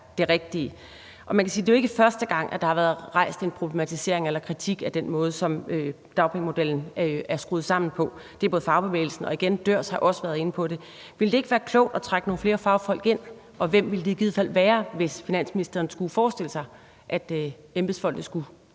det jo ikke er første gang, der har været rejst en problematisering eller kritik af den måde, som dagpengemodellen er skruet sammen på. Det har både fagbevægelsen og, igen, DØRS været inde på. Ville det ikke være klogt at trække nogle flere fagfolk ind, og hvem ville det i givet fald være, hvis finansministeren skulle forestille sig, at embedsmændene skulle